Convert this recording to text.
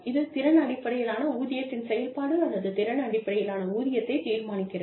இது திறன் அடிப்படையிலான ஊதியத்தின் செயல்பாடு அல்லது திறன் அடிப்படையிலான ஊதியத்தை தீர்மானிக்கிறது